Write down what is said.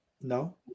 No